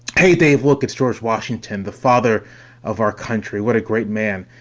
hey, dave, look, it's george washington, the father of our country. what a great man.